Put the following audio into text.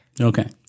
Okay